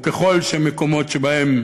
בכל המקומות שבהם